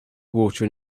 water